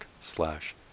slash